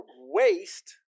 waste